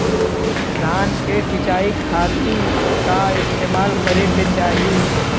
धान के सिंचाई खाती का इस्तेमाल करे के चाही?